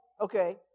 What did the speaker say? okay